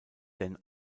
denn